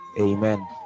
Amen